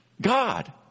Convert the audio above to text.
God